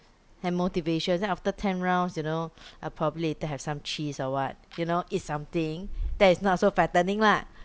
and motivation then after ten rounds you know I'll probably later have some cheese or what you know eat something that is not so fattening lah